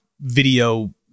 video